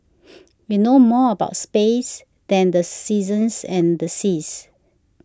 we know more about space than the seasons and the seas